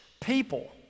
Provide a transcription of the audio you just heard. people